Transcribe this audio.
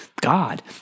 God